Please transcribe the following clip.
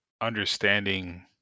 understanding